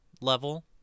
level